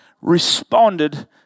responded